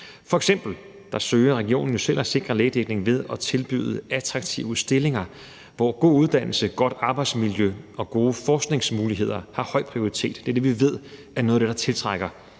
f.eks. søger regionen selv at sikre lægedækning ved at tilbyde attraktive stillinger, hvor god uddannelse, godt arbejdsmiljø og gode forskningsmuligheder har høj prioritet. Det er noget af det, vi ved tiltrækker